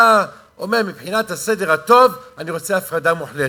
אתה אומר: מבחינת הסדר הטוב אני רוצה הפרדה מוחלטת.